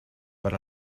per